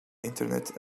internet